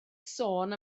sôn